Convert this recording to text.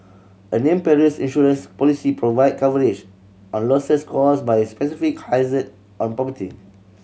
a named perils insurance policy provide coverage on losses caused by specific hazard on property